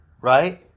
right